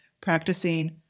practicing